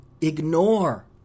ignore